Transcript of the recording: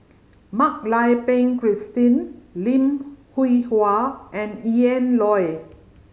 Mak Lai Peng Christine Lim Hwee Hua and Ian Loy